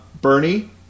Bernie